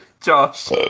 Josh